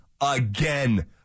again